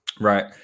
Right